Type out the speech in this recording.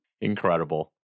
Incredible